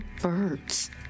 birds